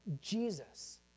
Jesus